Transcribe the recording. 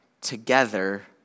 together